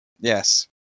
Yes